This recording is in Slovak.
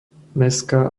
mestská